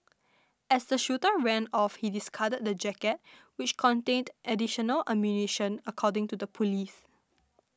as the shooter ran off he discarded the jacket which contained additional ammunition according to the police